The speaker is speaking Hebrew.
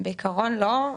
בעיקרון לא.